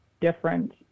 different